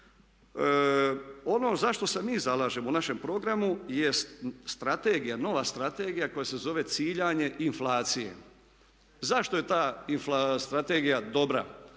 Ono za što se mi zalažemo u našem programu jest strategija, nova strategija koja se zove ciljanje inflacije. Zašto je ta strategija dobra?